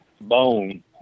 bone